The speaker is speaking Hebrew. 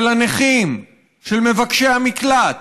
של הנכים, של מבקשי המקלט,